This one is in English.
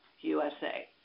USA